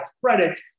credit